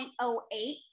0.08